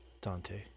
Dante